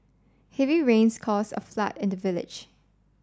heavy rains cause a flood in the village